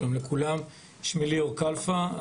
שמי ליאור כלפה,